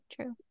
true